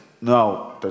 No